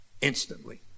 instantly